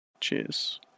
Cheers